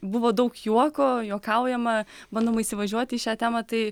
buvo daug juoko juokaujama bandoma įsivažiuoti į šią temą tai